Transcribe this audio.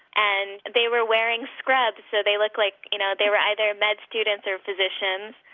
and they were wearing scrubs, so they looked like you know they were either med students or physicians.